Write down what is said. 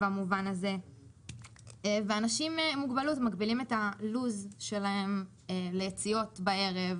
וזה מגביל מאוד את הלו"ז של אנשים עם מוגבלות ליציאות בערב